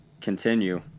continue